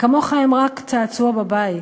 כמוך הם רק צעצוע בבית,